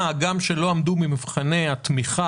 של 100 מתוך 330 גם כשלא עמדו במבחני התמיכה,